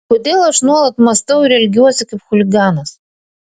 kodėl aš nuolat mąstau ir elgiuosi kaip chuliganas